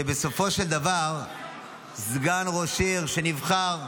שבסופו של דבר סגן ראש עיר שנבחר,